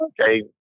Okay